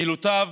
מילותיו